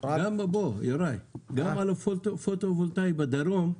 יוראי, גם על הפוטו וולטאי בדרום,